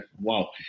wow